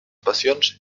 passions